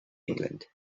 england